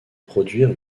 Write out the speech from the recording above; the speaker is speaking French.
produire